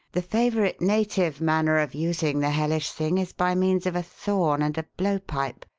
the favourite native manner of using the hellish thing is by means of a thorn and a blowpipe.